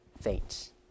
faint